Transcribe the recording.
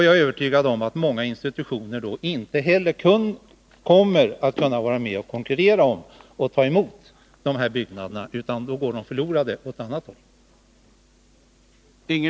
Jag är övertygad om att många institutioner inte heller kunde vara med och konkurrera om att förvärva byggnaderna, utan de skulle gå förlorade.